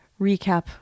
recap